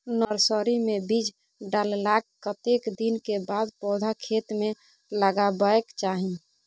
Nursery मे बीज डाललाक कतेक दिन के बाद पौधा खेत मे लगाबैक चाही?